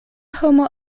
homo